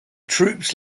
troops